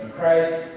Christ